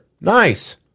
Nice